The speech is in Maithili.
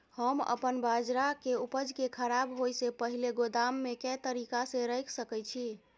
हम अपन बाजरा के उपज के खराब होय से पहिले गोदाम में के तरीका से रैख सके छी?